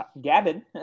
Gavin